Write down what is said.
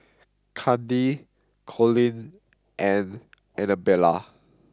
Kandi Colin and Annabella